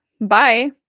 bye